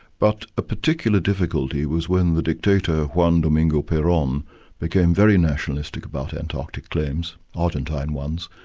but a particular difficulty was when the dictator juan domingo peron became very nationalistic about antarctic claims, argentine ones,